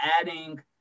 adding